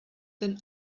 than